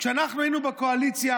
כשאנחנו היינו בקואליציה,